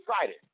excited